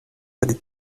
pri